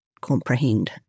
comprehend